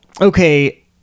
Okay